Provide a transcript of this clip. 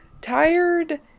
tired